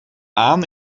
aan